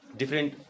Different